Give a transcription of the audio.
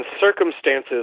circumstances